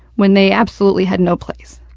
when they absolutely had no place.